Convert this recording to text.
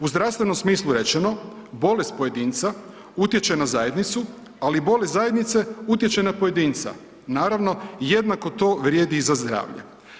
U zdravstvenom smislu rečeno bolest pojedinca utječe na zajednicu, ali i bolest zajednice utječe na pojedinca, naravno jednako to vrijedi i za zdravlje.